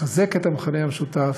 לחזק את המכנה המשותף.